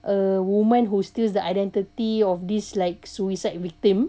a woman who steals the identity of these like suicide victim